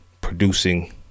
producing